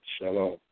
Shalom